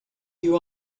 you